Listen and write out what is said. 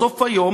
בסוף היום,